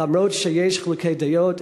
אף שיש חילוקי דעות,